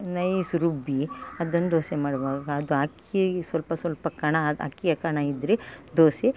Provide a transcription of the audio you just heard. nice ರುಬ್ಬಿ ಅದನ್ನು ದೋಸೆ ಮಾಡುವಾಗ ಅದು ಅಕ್ಕಿ ಸ್ವಲ್ಪ ಸ್ವಲ್ಪ ಕಣ ಅಕ್ಕಿಯ ಕಣ ಇದ್ದರೆ ದೋಸೆ